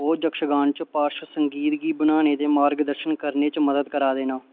ओह् यक्षगान च पार्श्व संगीत गी बनाने ते मार्गदर्शन करने च मदद करा दे न